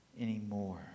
anymore